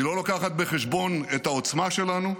היא לא לוקחת בחשבון את העוצמה שלנו,